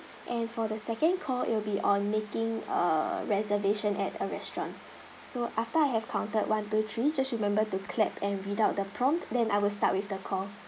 and for the second call it will be on making a reservation at a restaurant so after I have counted one two three just remember to clap and read out the prompt than I will start with the call